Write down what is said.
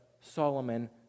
Solomon